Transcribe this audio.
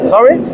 Sorry